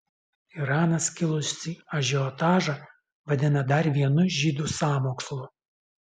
iranas kilusį ažiotažą vadina dar vienu žydų sąmokslu